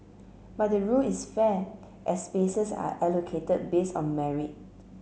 but the rule is fair as spaces are allocated based on merit